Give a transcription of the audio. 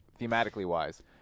thematically-wise